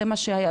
זה מה שהיה,